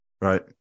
Right